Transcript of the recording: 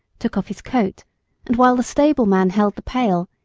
took off his coat, and while the stable-man held the pail,